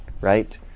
right